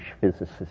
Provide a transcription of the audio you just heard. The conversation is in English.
physicist